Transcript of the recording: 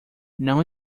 não